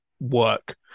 work